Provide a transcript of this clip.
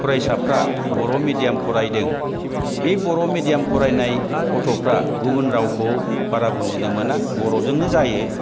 फरायसाफ्रा बर' मिडियाम फरायदों बे बर' मिडियाम फरायनाय गथ'फ्रा गुबुन रावखौ बारा बुजिनो मोना बर' जोंनो जायो